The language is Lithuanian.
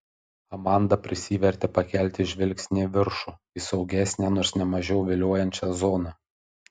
amanda prisivertė pakelti žvilgsnį į viršų į saugesnę nors ne mažiau viliojančią zoną